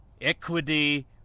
Equity